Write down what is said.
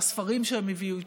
לספרים שהם הביאו איתם,